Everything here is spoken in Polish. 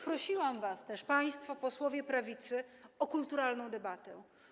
Prosiłam was też, państwo posłowie prawicy, o kulturalną debatę.